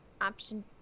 Option